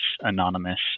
anonymous